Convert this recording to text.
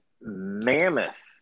mammoth